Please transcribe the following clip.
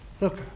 look